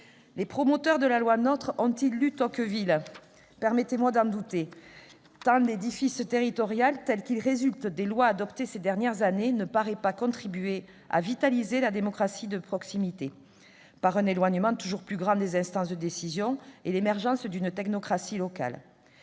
Les promoteurs de la loi NOTRe ont-ils lu Tocqueville ? Permettez-moi d'en douter, tant l'édifice territorial tel qu'il résulte des lois adoptées ces dernières années ne paraît pas contribuer à vitaliser la démocratie de proximité, en raison de l'éloignement toujours plus grand des instances de décision et de l'émergence d'une technocratie locale.